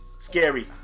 Scary